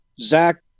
Zach